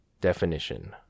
definition